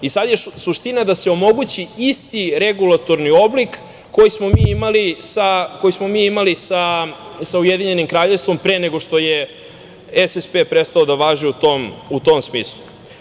Sada je suština da se omogući isti regulatorni oblik koji smo imali sa Ujedinjenim Kraljevstvom pre nego što je SSP prestao da važi u tom smislu.